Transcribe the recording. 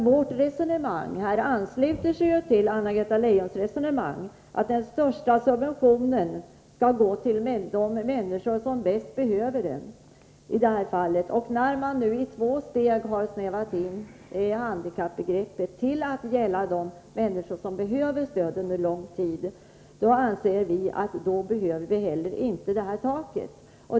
Vårt resonemang på den här punkten ansluter sig till Anna-Greta Leijons, dvs. att den största subventionen skall gå till de människor som bäst behöver den. Man har ju nu i två steg begränsat handikappbegreppet till att gälla de människor som behöver stöd under lång tid, och då anser vi inte att det är nödvändigt att sätta ett tak.